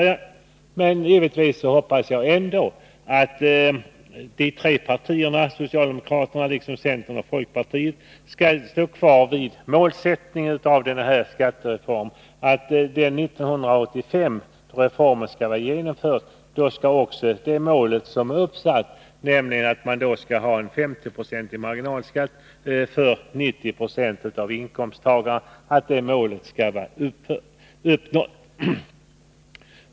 Jag hoppas emellertid fortfarande att socialdemokraterna liksom centern och folkpartiet står kvar vid målsättningen att då reformen 1985 är genomförd skall också målet vara uppnått — att 90 96 av inkomsttagarna inte skall betala högre marginalskatt än 50 96.